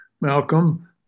Malcolm